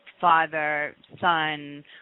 father-son